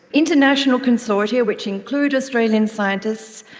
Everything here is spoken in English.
international consortia, which include australian scientists,